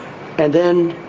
and then,